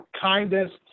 kindest